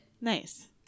Nice